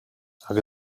ale